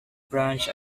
branch